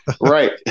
Right